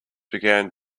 began